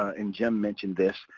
ah and jim mentioned this,